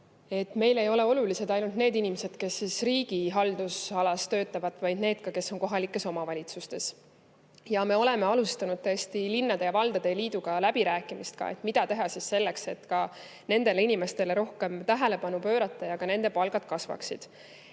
meile ei ole olulised ainult need inimesed, kes riigi haldusalas töötavad, vaid ka need, kes on kohalikes omavalitsustes. Ja me oleme alustanud tõesti linnade ja valdade liiduga läbirääkimist, mida teha selleks, et ka nendele inimestele rohkem tähelepanu pöörata ja et nende palgad kasvaksid. Oleme